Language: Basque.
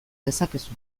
dezakezu